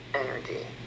energy